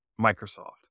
Microsoft